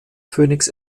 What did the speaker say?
phönix